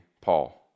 Paul